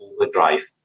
overdrive